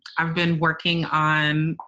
i've been working on,